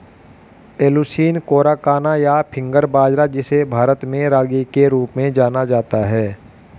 Eleusine coracana, या finger बाजरा, जिसे भारत में रागी के रूप में जाना जाता है